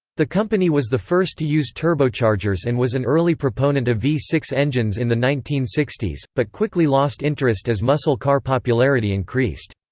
the company was the first to use turbochargers and was an early proponent of v six engines in the nineteen sixty s, but quickly lost interest as muscle car popularity increased.